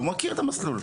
הוא מכיר את המסלול.